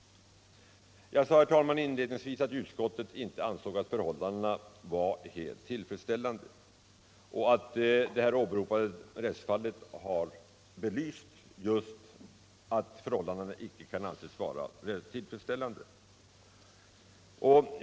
Jag sade inledningsvis att utskottet inte ansåg att förhållandena var helt tillfredsställande och att det åberopade rättsfallet har belyst just att förhållandena icke kan anses vara tillfredsställande.